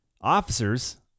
officers